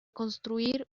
construir